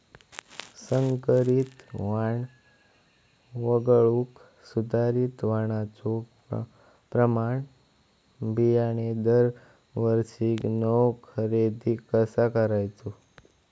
संकरित वाण वगळुक सुधारित वाणाचो प्रमाण बियाणे दरवर्षीक नवो खरेदी कसा करायचो?